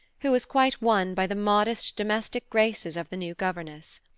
who was quite won by the modest, domestic graces of the new governess.